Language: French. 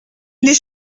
les